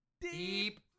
Deep